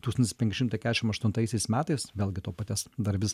tūkstantis penki šimtai kesšim aštuntaisiais metais vėlgi to paties dar vis